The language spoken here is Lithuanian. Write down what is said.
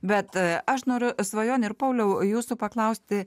bet aš noriu svajone ir pauliau jūsų paklausti